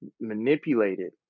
manipulated